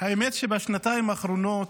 האמת היא שבשנתיים האחרונות